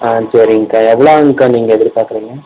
ஆ சரிங்கக்கா எவ்வளோ ஆகும்க்கா நீங்கள் எதிர்பார்க்குறிங்க